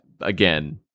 again